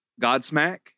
Godsmack